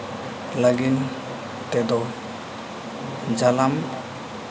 ᱞᱟᱹᱜᱤᱫ ᱛᱮᱫᱚ ᱡᱟᱞᱟᱢ